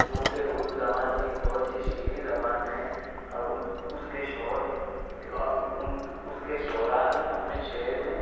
چونکہ اردو زبان ایک بہت ہی شیریں زبان ہے اور ان اس کے شور اور ان اس کے شعراء نے اپنے شعر میں